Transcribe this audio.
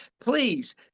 please